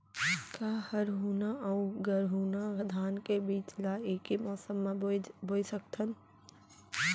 का हरहुना अऊ गरहुना धान के बीज ला ऐके मौसम मा बोए सकथन?